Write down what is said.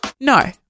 No